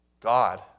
God